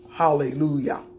Hallelujah